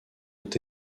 ont